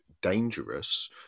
dangerous